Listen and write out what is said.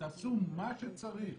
תעשו מה שצריך,